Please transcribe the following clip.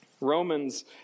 Romans